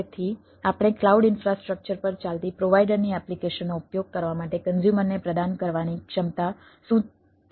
તેથી આપણે cloud infrastructure પર ચાલતી પ્રોવાઇડરની એપ્લિકેશનનો ઉપયોગ કરવા માટે કન્ઝ્યુમરને પ્રદાન કરવાની ક્ષમતા શું તે જોઈએ છીએ